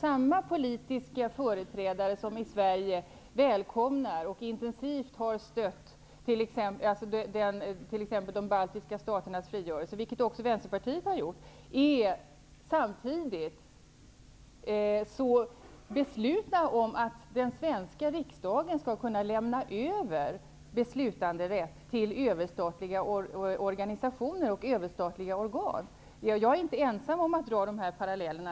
Samma politiska företrädare som i Sverige välkomnar och intensivt har stött t.ex. de baltiska staternas frigörelse, vilket också Vänsterpartiet har gjort, är samtidigt så beslutna i frågan om att den svenska riksdagen skall kunna lämna över beslutanderätt till överstatliga organisationer och överstatliga organ. Jag är inte ensam om att dra den parallellen.